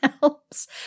helps